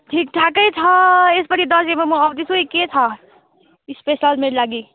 ठिकठाकै छ यसपालि दसैँमा म आउँदैछु है के छ स्पेसल मेरो लागि